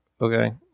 okay